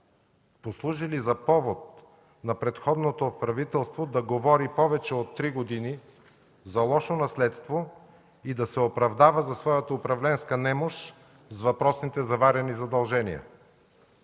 послужили за повод на предходното правителство да говори повече от три години за лошо наследство и да се оправдава за своята управленска немощ с въпросните заварени задължения.